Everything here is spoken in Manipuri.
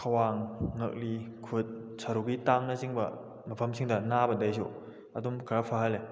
ꯈ꯭ꯋꯥꯡ ꯉꯛꯂꯤ ꯈꯨꯠ ꯁꯔꯨꯒꯤ ꯇꯥꯡꯅ ꯆꯤꯡꯕ ꯃꯐꯝꯁꯤꯡꯗ ꯅꯥꯕꯗꯩꯁꯨ ꯑꯗꯨꯝ ꯈꯔ ꯐꯍꯜꯂꯦ